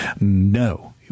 No